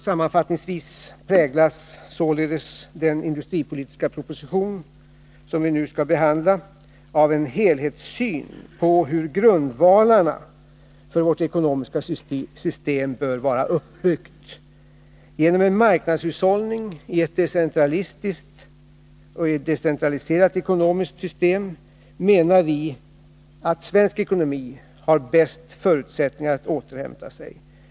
Sammanfattningsvis präglas således den industripolitiska proposition som vi nu skall behandla av en helhetssyn på hur grundvalarna för vårt ekonomiska system bör vara uppbyggda. Genom en marknadshushållning i ett decentraliserat ekonomiskt system har svensk ekonomi enligt vår mening bäst förutsättningar att återhämta sig.